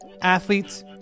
athletes